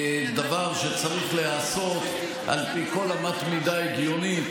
והדבר שצריך להיעשות על פי כל אמת מידה הגיונית,